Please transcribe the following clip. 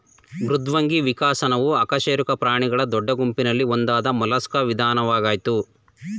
ಮೃದ್ವಂಗಿ ವಿಕಸನವು ಅಕಶೇರುಕ ಪ್ರಾಣಿಗಳ ದೊಡ್ಡ ಗುಂಪಲ್ಲಿ ಒಂದಾದ ಮೊಲಸ್ಕಾ ವಿಧಾನವಾಗಯ್ತೆ